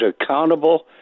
accountable